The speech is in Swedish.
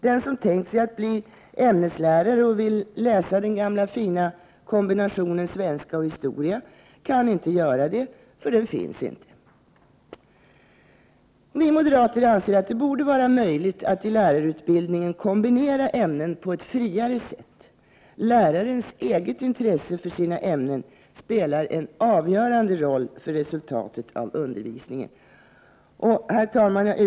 Den som tänkt sig att bli ämneslärare och vill läsa den gamla fina kombinationen svenska och historia kan inte göra det, därför att den inte finns. Vi moderater anser att det borde vara möjligt att i lärarutbildningen kombinera ämnen på ett friare sätt. Lärarnas eget intresse för sina ämnen spelar en avgörande roll för resultatet av undervisningen. Herr talman!